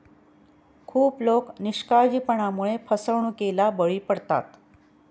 खूप लोक निष्काळजीपणामुळे फसवणुकीला बळी पडतात